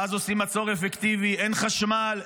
ואז עושים מצור אפקטיבי: אין חשמל,